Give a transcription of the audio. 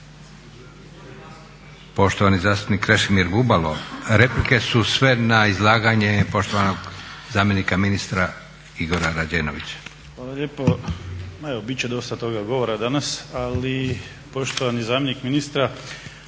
Poštovani zastupnik Krešimir Bubalo, replike su sve na izlaganje poštovanog zamjenika ministra Igora Rađenovića. **Bubalo, Krešimir (HDSSB)** Hvala lijepo. Evo bit će dosta toga govora danas, ali poštovani zamjenik ministra